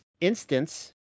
instance